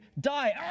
die